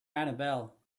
annabelle